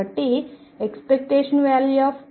కాబట్టి ⟨p2⟩ 24L2